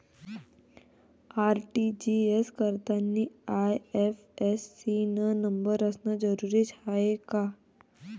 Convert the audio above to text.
RTGS करतांनी IFSC न number असनं जरुरीच हाय का?